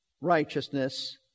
righteousness